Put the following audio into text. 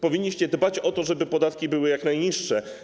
Powinniście dbać o to, żeby podatki były jak najniższe.